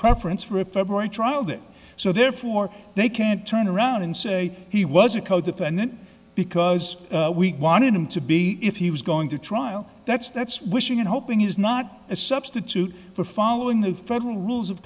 preference for a february trial there so therefore they can't turn around and say he was a codefendant because we wanted him to be if he was going to trial that's that's wishing and hoping is not a substitute for following the federal rules of